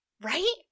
Right